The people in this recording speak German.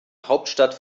hauptstadt